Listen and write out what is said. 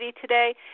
today